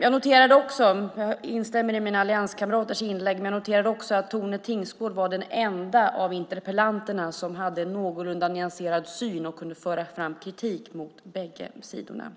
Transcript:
Jag instämmer i mina allianskamraters inlägg, men jag noterade också att Tone Tingsgård var den enda av interpellanterna som hade en någorlunda nyanserad syn och kunde föra fram kritik mot bägge sidorna.